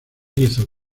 hizo